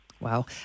Wow